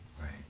right